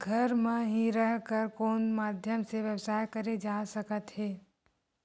घर म हि रह कर कोन माध्यम से व्यवसाय करे जा सकत हे?